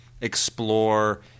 explore